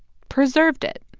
preserved it.